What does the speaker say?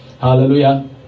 Hallelujah